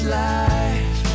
life